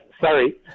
sorry